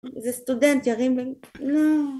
זה סטודנט ירים ולא